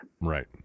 Right